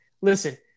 listen